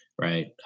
right